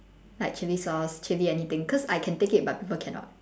like chili sauce chili anything cause I can take it but people cannot